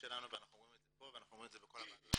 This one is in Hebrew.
שלנו ואנחנו אומרים את זה פה ואנחנו אומרים את זה בכל הוועדות,